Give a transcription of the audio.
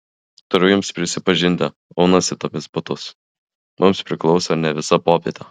turiu jums prisipažinti aunasi tomis batus mums priklauso ne visa popietė